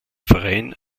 verein